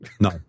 No